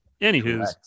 Anywho